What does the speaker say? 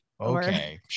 Okay